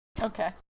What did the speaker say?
Okay